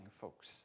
folks